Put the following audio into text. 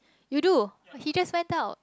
you do he just find out